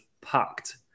packed